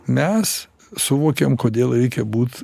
mes suvokiam kodėl reikia būt